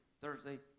Thursday